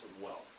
wealth